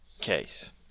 case